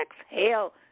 Exhale